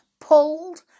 pulled